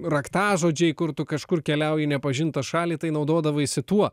raktažodžiai kur tu kažkur keliauji į nepažintą šalį tai naudodavaisi tuo